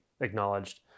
acknowledged